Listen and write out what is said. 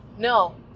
No